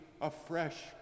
afresh